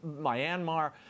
Myanmar